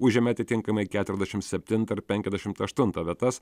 užėmė atitinkamai keturiasdešimt septintą ir penkiasdešimt aštuntą vietas